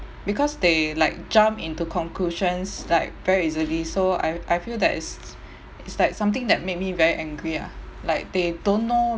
because they like jump into conclusions like very easily so I I feel that is is like something that made me very angry ah like they don't know